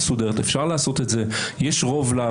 היא נשמעת וממשיכים הלאה?